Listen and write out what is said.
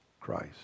Christ